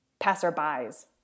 passerbys